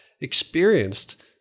experienced